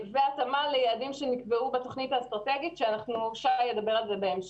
התאמה ליעדים שנקבעו בתוכנית האסטרטגית ועל זה שי ידבר בהמשך.